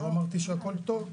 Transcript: לא אמרתי שהכול טוב.